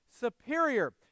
Superior